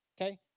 Okay